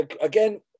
again